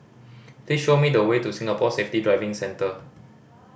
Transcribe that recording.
please show me the way to Singapore Safety Driving Center